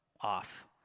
off